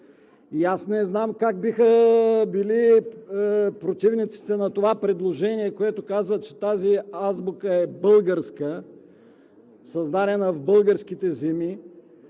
аз не знам как биха били противниците на това предложение, които казват, че тази азбука е българска, създадена е в българските земи